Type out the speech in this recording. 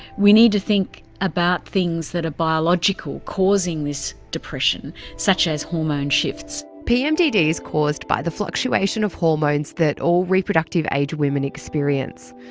we need to think about things that are biological causing this depression, such as hormone shifts. pmdd is caused by the fluctuation of hormones that all reproductive age women experience.